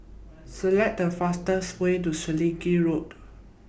Select The fastest Way to Selegie Road